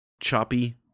choppy